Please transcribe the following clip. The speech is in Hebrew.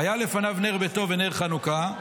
"היה לפניו נר ביתו ונר חנוכה,